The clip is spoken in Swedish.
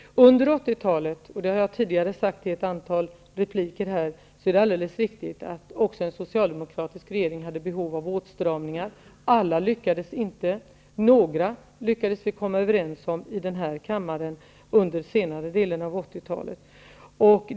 Under 80 talet -- det har jag sagt i tidigare repliker här -- behövde, alldeles riktigt, också den socialdemokratiska regeringen göra åtstramningar. Alla lyckades inte, men några lyckades vi komma överens om i denna kammare under senare delen av 80-talet.